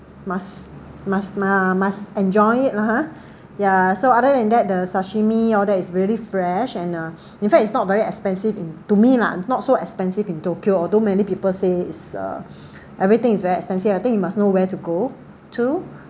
must must uh must enjoying it lah ha ya so other than that the sashimi all that is really fresh and uh in fact it's not very expensive in to me lah not so expensive in tokyo although many people say it's uh everything is very expensive I think you must know where to go to